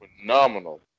Phenomenal